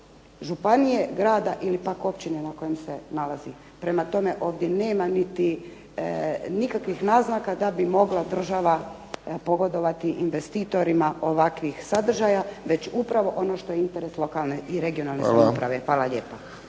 županije, grada ili pak općine na kojem se nalazi. Prema tome ovdje nema niti nikakvih naznaka da bi mogla država pogodovati investitorima ovakvih sadržaja već upravo ono što je interes lokalne i regionalne samouprave. Hvala